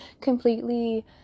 completely